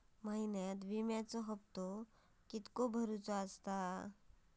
महिन्यात विम्याचो हप्तो किती भरायचो?